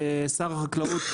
שר החקלאות,